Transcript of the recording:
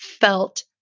felt